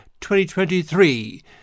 2023